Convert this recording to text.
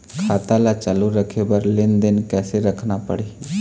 खाता ला चालू रखे बर लेनदेन कैसे रखना पड़ही?